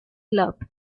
club